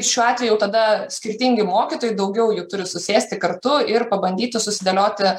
šiuo atveju jau tada skirtingi mokytojai daugiau jų turi susėsti kartu ir pabandyti susidėlioti